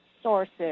Sources